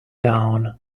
down